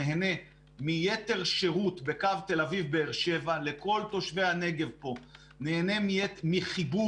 נהנה מיתר שירות בקו תל אביב-באר שבע וכל תושבי הנגב פה נהנה מחיבור,